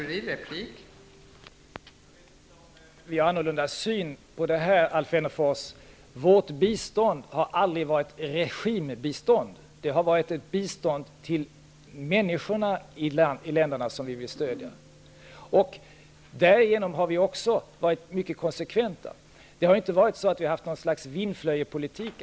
Fru talman! Jag vet inte om vi har annorlunda syn på det här, Alf Wennerfors. Vårt bistånd har aldrig varit regimbistånd. Det har varit ett bistånd till människorna i länderna som vi vill stödja. Därigenom har vi också varit mycket konsekventa. Vi har inte fört något slags vindflöjelspolitik.